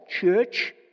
church